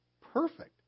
perfect